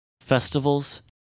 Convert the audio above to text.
festivals